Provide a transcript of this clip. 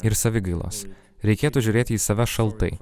ir savigailos reikėtų žiūrėti į save šaltai